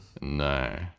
no